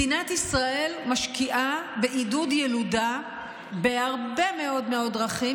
מדינת ישראל משקיעה בעידוד ילודה בהרבה מאוד דרכים,